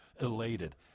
elated